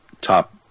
top